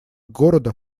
города